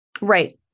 Right